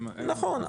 נכון,